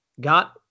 got